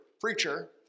preacher